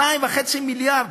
2.5 מיליארד.